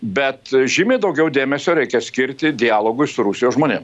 bet žymiai daugiau dėmesio reikia skirti dialogui su rusijos žmonėm